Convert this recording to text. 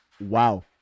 Wow